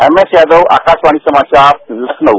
M S Yadav Akashvani समाचार लखनऊ